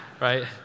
Right